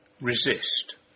resist